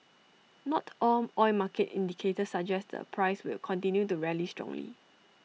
not all oil market indicators suggest the price will continue to rally strongly